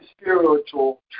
spiritual